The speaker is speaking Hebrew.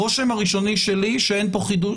הרושם הראשוני שלי שאין פה חידוש.